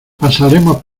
pasaremos